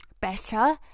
better